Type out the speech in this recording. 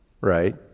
right